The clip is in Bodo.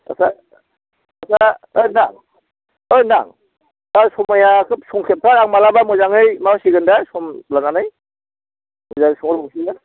आदसा नोंसिना ओइ नोंथां ओइ नोंथां दा समायाथ' संखेबथार आं मालाबा मोजाङै माबासिगोन दे सम लानानै मोजां सोंहरबावसै ना